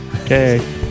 Okay